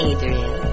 Adrian